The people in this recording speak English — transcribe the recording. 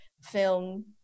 film